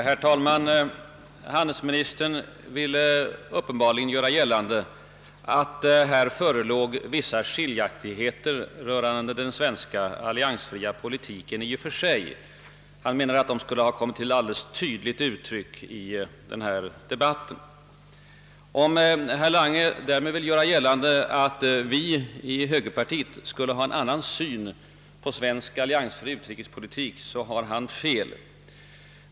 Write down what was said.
Herr talman! Handelsministern ville uppenbarligen göra gällande att det föreligger vissa skiljaktigheter rörande den svenska alliansfria politiken. Han menade att de skulle ha kommit till tydligt uttryck i dagens debatt. Om herr Lange därmed vill göra gällande att vi inom högerpartiet skulle ha en avvikande syn på svensk alliansfri utrikespolitik har han fel.